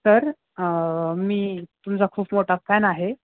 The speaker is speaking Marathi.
सर मी तुमचा खूप मोठा फॅन आहे